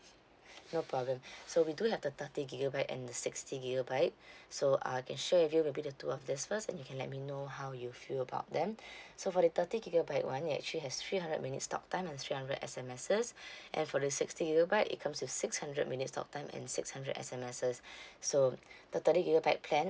no problem so we do have the thirty gigabyte and the sixty gigabyte so I can share with you maybe the two of these first then you can let me know how you feel about them so for the thirty gigabyte one it actually has three hundred minutes talk time and three hundred S_M_Ses and for the sixty gigabyte it comes with six hundred minutes talk time and six hundred S_M_Ses so the thirty gigabyte plan